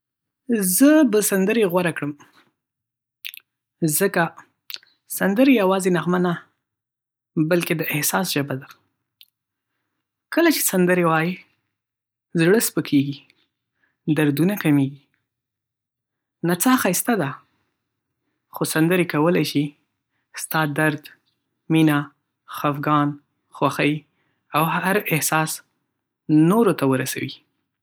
زه به سندرې غوره کړم. ځکه سندرې یوازې نغمه نه، بلکې د احساس ژبه ده. کله چې سندرې وایې، زړه سپکېږي، دردونه کمېږي. نڅا ښایسته ده، خو سندره کولی شي ستا درد، مینه، خفګان، خوښي، او هر احساس نورو ته ورسوي.